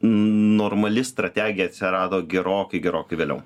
normali strategija atsirado gerokai gerokai vėliau